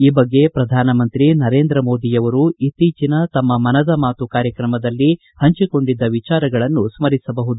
ಈ ಬಗ್ಗೆ ಪ್ರಧಾನಮಂತ್ರಿ ನರೇಂದ್ರ ಮೋದಿಯವರು ತಮ್ಮ ಇತ್ತೀಚಿನ ಮನದ ಮಾತು ಕಾರ್ಯಕ್ರಮದಲ್ಲಿ ಹಂಚಿಕೊಂಡಿದ್ದ ವಿಚಾರಗಳನ್ನು ಸ್ವರಿಸಬಹುದು